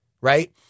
right